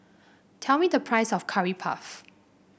tell me the price of Curry Puff